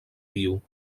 viu